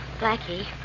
Blackie